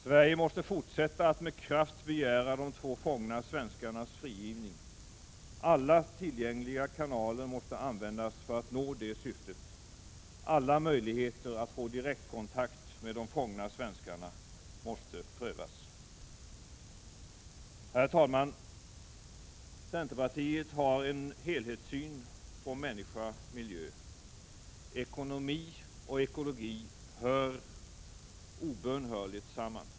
Sverige måste fortsätta att med kraft begära de två fångna svenskarnas frigivning. Alla tillgängliga kanaler måste användas för att nå det syftet. Alla möjligheter att få direktkontakt med de fångna svenskarna måste prövas. Herr talman! Centerpartiet har en helhetssyn på människa och miljö. Ekonomi och ekologi hör obönhörligt samman.